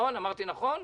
אמרתי נכון?